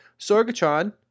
Sorgatron